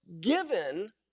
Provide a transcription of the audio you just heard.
given